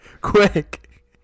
Quick